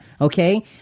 Okay